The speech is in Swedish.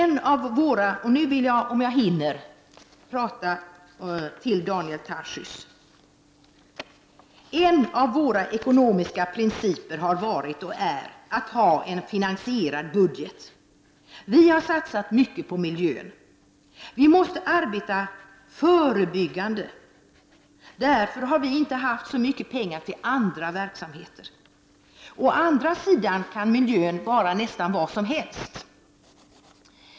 Nu vänder jag mig till Daniel Tarschys: En av våra ekonomiska principer har varit och är att ha en finansierad budget. Vi har satsat mycket på miljön. Vi måste arbeta förebyggande. Därför har vi inte haft så mycket pengar till andra verksamheter. Å andra sidan kan miljö vara nästan vad som helst.